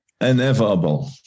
Inevitable